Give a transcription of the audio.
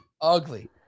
ugly